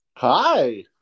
Hi